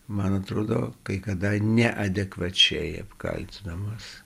man atrodo kai kada neadekvačiai apkaltinamos